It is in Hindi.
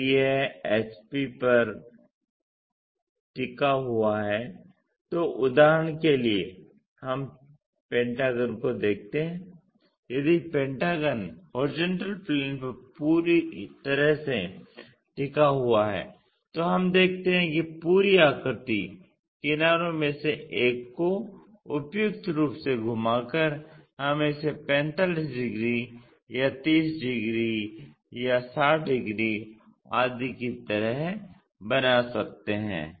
यदि यह HP पर टिका हुआ है तो उदाहरण के लिए हम पेंटागन को देखते हैं यदि पेंटागन HP पर पूरी तरह से टिका हुआ है तो हम देखते हैं कि पूरी आकृति किनारों में से एक को उपयुक्त रूप से घुमाकर हम इसे 45 डिग्री या 30 डिग्री 60 डिग्री आदि की तरह बना सकते हैं